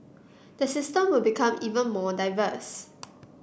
the system will become even more diverse